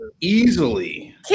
Easily